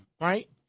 Right